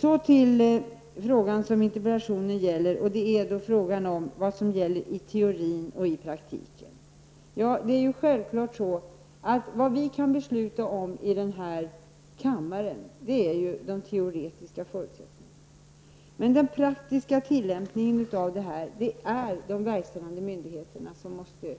Så till frågan som interpellationen gäller, nämligen vad som gäller i teorin och i praktiken. Vad vi kan besluta om i den här kammaren är självfallet de teoretiska förutsättningarna. Men det är de verkställande myndigheterna som måste